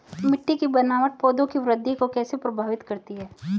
मिट्टी की बनावट पौधों की वृद्धि को कैसे प्रभावित करती है?